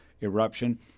eruption